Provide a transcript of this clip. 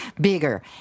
Bigger